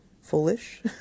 foolish